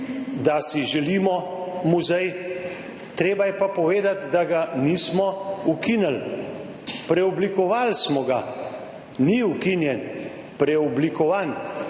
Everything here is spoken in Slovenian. da si želimo muzej, treba je pa povedati, da ga nismo ukinili, preoblikovali smo ga. Ni ukinjen. Preoblikovan.